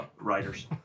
writers